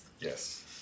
Yes